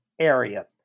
area